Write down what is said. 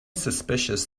suspicious